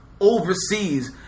overseas